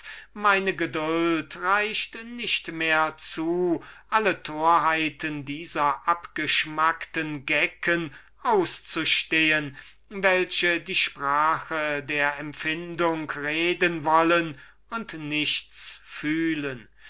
meine geduld reicht nicht mehr zu alle torheiten dieser abgeschmackten gecken auszustehen welche die sprache der empfindung reden wollen und nichts fühlen